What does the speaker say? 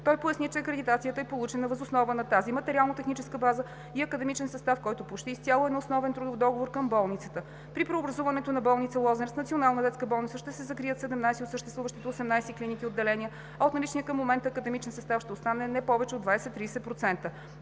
Той поясни, че акредитацията е получена въз основа на тази материално-техническа база и академичен състав, който почти изцяло е на основен трудов договор към болницата. При преобразуването на болница „Лозенец“ в национална детска болница ще се закрият 17 от съществуващите 18 клиники/отделения, а от наличния към момента академичен състав ще остане не повече от 20 – 30%.